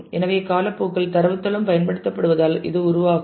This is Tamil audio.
எனவே காலப்போக்கில் தரவுத் தளம் பயன்படுத்தப்படுவதால் இது உருவாகும்